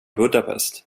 budapest